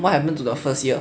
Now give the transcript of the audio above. what happen to the first year